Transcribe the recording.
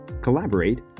collaborate